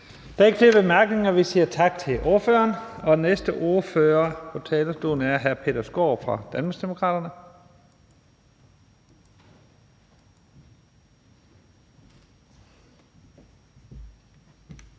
Der er ikke flere korte bemærkninger, så vi siger tak til ordføreren. Næste ordfører på talerstolen er hr. Peter Skaarup fra Danmarksdemokraterne.